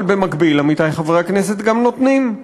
אבל במקביל, עמיתי חברי הכנסת, גם נותנים.